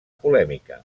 polèmica